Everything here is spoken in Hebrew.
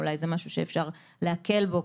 אולי זה משהו שאפשר להקל בו,